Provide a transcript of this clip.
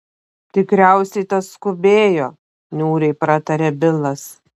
tikriausiai tas skubėjo niūriai pratarė bilas